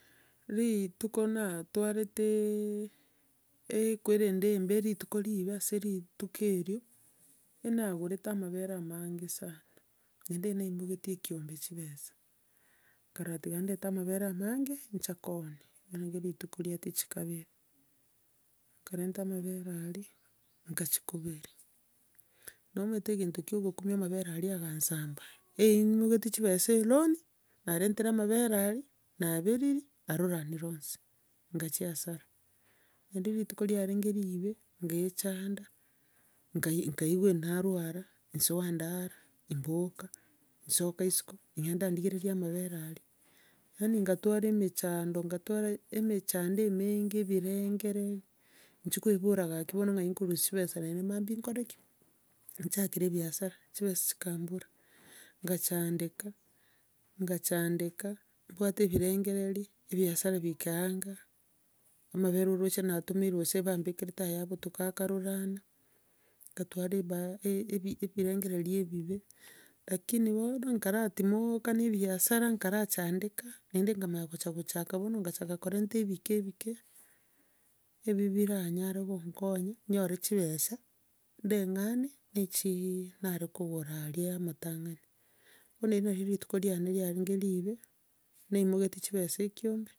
Rituko natwaretee ekwerende embe, rituko ribe ase rituko erio, enagorete amabere amange sana, naende naimoketie ekeombe chibesa, nkarora tiga ndete amabere amange ncha koonia, riarenge rituko riete chikabere, nkarenta amabere aria, nkachikoberia. Nomanyete egento kia ogokumia amabera aria agansamba, eimogetie chibesa eloni, narentire amabere aria, naberiria aruranirie onsi, nkachia hasara. Naende rituko riarenge ribe, nkaechanda, nkai- nkaigwa narwara, nsoa ndara, mboka, nsoka isiko, ng'enda ndigereria amabere aria, yaani ngatwara emechando, nkatwara emechando emenge ebirengererio, nchi koibira gaki bono ng'ai nkorusia chibesa naende maambia nkore ki? Nchakere ebiasara, chibesa chikambora, ngachandeka, nkachandeka, mbwate ebirengererio, ebiasara bikaanga, amabere oroche natomeirwe gose bambekerete aya obotuko akarurana, nkatwara eba- e- ebi- ebirengererio ebibe, lakini bono nkaratimooka na ebiasara, nkarachandeka, naende nkamanya gocha gochaka bono nkachaka korenta ebike ebike, ebia biranyare konkonya, nyore chibesa, ndeng'anie na echi nare kogora aria amatangani. Bono erio nario rituko riane riarenge ribe, naimogetie chibesa ekeombe.